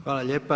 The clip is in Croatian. Hvala lijepa.